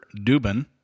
Dubin